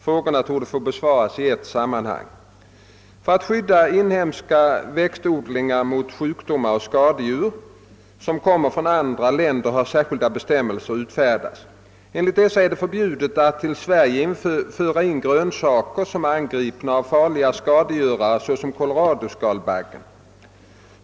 Frågorna torde få besvaras i ett sammanhang. För att skydda inhemska växtodlingar mot sjukdomar och skadedjur som kommer från andra länder har särskilda bestämmelser utfärdats. Enligt dessa är det förbjudet att till Sverige föra in grönsaker som är angripna av farliga skadegörare såsom koloradoskalbaggen.